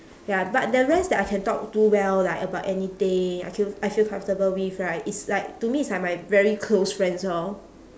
ya but the rest that I can talk to well like about anything I ca~ I feel comfortable with right is like to me is like my very close friends lor